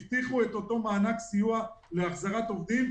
הבטיחו את אותו מענק סיוע להחזרת עובדים,